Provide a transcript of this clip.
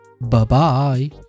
Bye-bye